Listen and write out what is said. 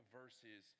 verses